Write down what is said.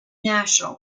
national